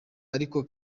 ariko